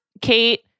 Kate